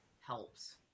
helps